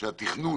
שהתכנון